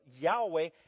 Yahweh